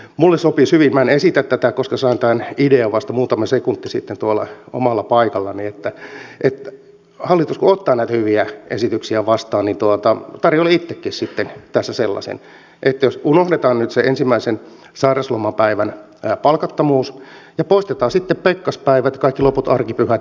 minulle sopisi hyvin minä en esitä tätä koska sain tämän idean vasta muutama sekunti sitten tuolla omalla paikallani mutta kun hallitus ottaa näitä hyviä esityksiä vastaan niin tarjoilen itsekin tässä sellaisen että unohdetaan nyt sen ensimmäisen sairauslomapäivän palkattomuus ja poistetaan sitten pekkaspäivät kaikki loput arkipyhät vappu mukaan lukien